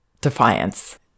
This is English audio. defiance